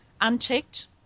unchecked